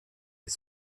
les